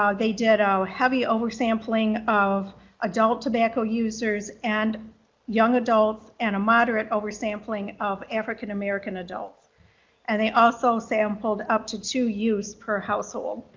um they did a ah heavy over sampling of adult tobacco users and young adults and a moderate over sampling of african-american adults and they also sampled up to two youths per household.